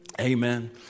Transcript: Amen